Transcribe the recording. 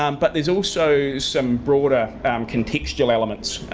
um but there's also some broader contextual elements,